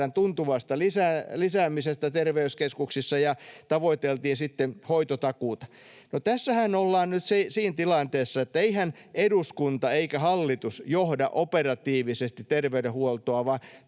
tuntuvasta lisäämisestä terveyskeskuksissa ja tavoiteltiin sitten hoitotakuuta. Tässähän ollaan nyt siinä tilanteessa, että eihän eduskunta eikä hallitus johda operatiivisesti terveydenhuoltoa,